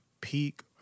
peak